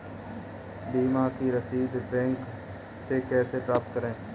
बीमा की रसीद बैंक से कैसे प्राप्त करें?